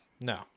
No